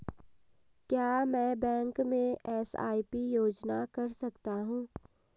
क्या मैं बैंक में एस.आई.पी योजना कर सकता हूँ?